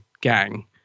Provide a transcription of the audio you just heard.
gang